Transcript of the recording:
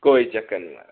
कोई चक्कर नी महाराज